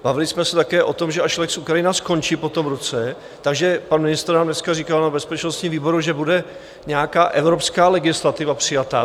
Bavili jsme se také o tom, že až lex Ukrajina skončí po roce, takže pan ministr nám dneska říkal na bezpečnostním výboru, že bude nějaká evropská legislativa přijata.